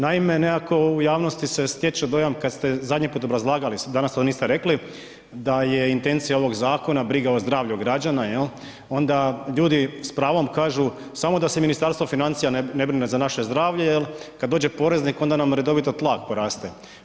Naime, nekako u javnosti se stječe dojam kad ste zadnji put obrazlagali, danas to niste rekli, da je intencija ovog zakona briga o zdravlju građana, jel', onda ljudi s pravom kažu samo da se Ministarstvo financija ne brine za naše zdravlje jer kad dođe porez onda nam redovito tlak poraste.